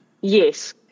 Yes